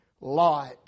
Lot